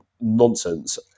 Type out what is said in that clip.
nonsense